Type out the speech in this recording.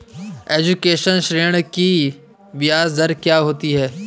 Education ऋृण की ब्याज दर क्या होती हैं?